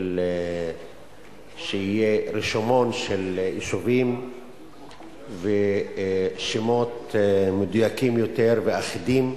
שיהיו רשומות של יישובים ושמות מדויקים יותר ואחידים.